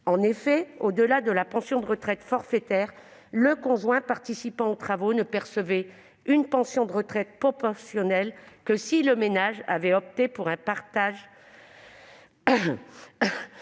En effet, au-delà de la pension de retraite forfaitaire, le conjoint participant aux travaux ne percevait une pension de retraite proportionnelle que si le ménage avait opté pour un partage